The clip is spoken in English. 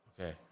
okay